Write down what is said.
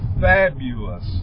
fabulous